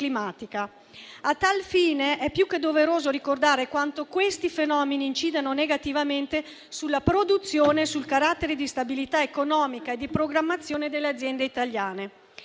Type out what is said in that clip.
A tal fine, è più che doveroso ricordare quanto questi fenomeni incidano negativamente sulla produzione e sul carattere di stabilità economica e di programmazione delle aziende italiane.